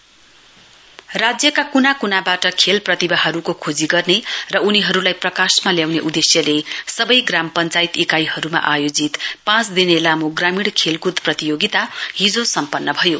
ruler sports राज्यका कुना कुनाबाट खेल प्रतिभाहरूको खोजी गर्ने र उनीहरूलाई प्रकाशमा ल्याउने उद्देश्यले सबै ग्राम पञ्चायत इकाईहरूमा आयोजित पांच दिने लामो ग्रामीण खेलकुद प्रतियोगिता हिजो सम्पन् भयो